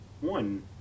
one